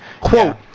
Quote